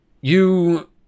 You